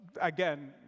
again